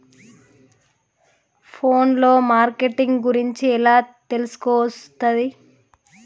Phone లో marketing గురించి ఎలా తెలుసుకోవస్తది?